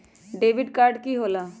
Debit card की होला?